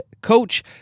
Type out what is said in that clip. coach